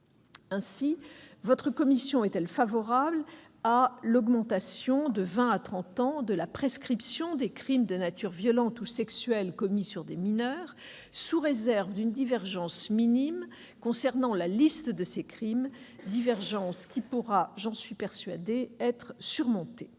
Ainsi votre commission est-elle favorable à une augmentation de vingt à trente ans de la prescription des crimes de nature violente ou sexuelle commis sur des mineurs, n'était une divergence minime concernant la liste de ces crimes, divergence qui, j'en suis persuadée, pourra être surmontée.